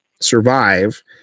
survive